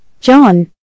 John